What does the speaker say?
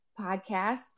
podcast